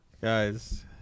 Guys